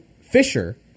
fisher